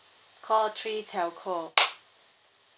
call three telco